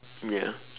ya